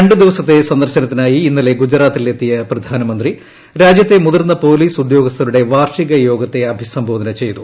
രണ്ടു ദിവസത്തെ സന്ദർശനത്തിനായി ഇന്നലെ ഗുജറാത്തിലെത്തിയ പ്രധാനമന്ത്രി രാജ്യത്തെ മുതിർന്ന പോലീസ് ഉദ്യോഗസ്ഥരുടെ വാർഷിക യോഗത്തെ അഭിസംബോധന ചെയ്തു